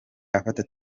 afata